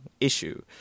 issue